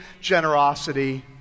generosity